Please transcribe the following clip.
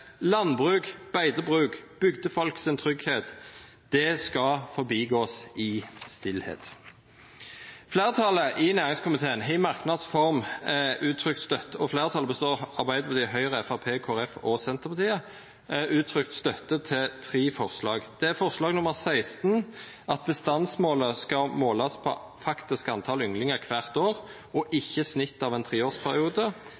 Landbruk, beitebruk, bygdefolkets trygghet – det skal forbigås i stillhet. Flertallet i næringskomiteen – et flertall som består av Arbeiderpartiet, Høyre, Fremskrittspartiet, Kristelig Folkeparti og Senterpartiet – har i merknads form uttrykt støtte til tre forslag. Det er forslag nr. 16, om at bestandsmålet skal baseres på faktisk antall ynglinger hvert år og